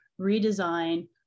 redesign